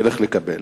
שילך לקבל.